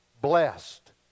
Blessed